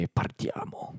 partiamo